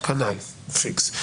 כנ"ל פיקס.